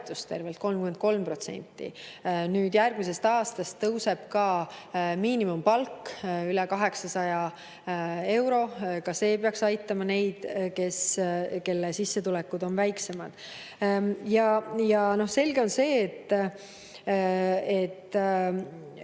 tervelt 33%. Järgmisest aastast tõuseb ka miinimumpalk üle 800 euro. Ka see peaks aitama neid, kelle sissetulekud on väiksemad. Selge on see, et